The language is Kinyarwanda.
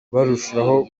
barushaho